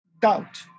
Doubt